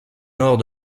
nord